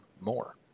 more